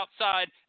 outside